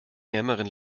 ärmeren